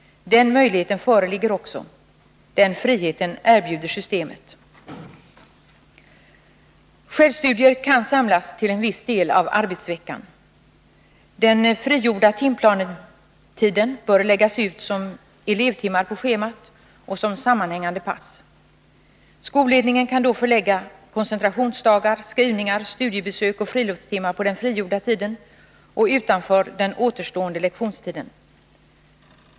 Den möjligheten föreligger också, den friheten erbjuder systemet. Självstudier kan samlas till en viss del av arbetsveckan. Den frigjorda timplanetiden bör läggas ut som elevtimmar på schemat och som sammanhängande pass. Skolledningen kan då förlägga koncentrationsdagar, skrivningar, studiebesök och friluftstimmar på den frigjorda tiden och utanför den återstående lektionstiden.